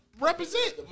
represent